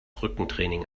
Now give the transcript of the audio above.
rückentraining